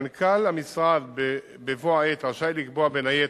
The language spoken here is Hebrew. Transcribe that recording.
מנכ"ל המשרד, בבוא העת, רשאי לקבוע, בין היתר,